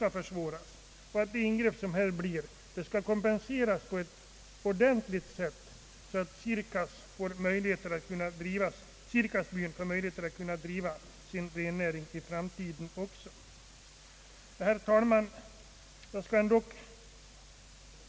Allt bör göras för att det ingrepp som här görs skall kompenseras på ett tillfredsställande sätt så att Sirkas by får möjligheter att kunna driva sin rennäring också i framtiden.